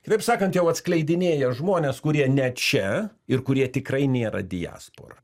kitaip sakant jau atskleidinėja žmones kurie ne čia ir kurie tikrai nėra diaspora